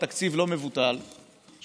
כמו כן קיצרה הוועדה בהחלטתה את תקופת